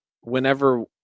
whenever